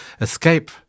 escape